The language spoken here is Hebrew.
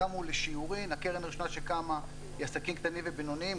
הקרן הראשונה שקמה היא עסקים קטנים ובינוניים.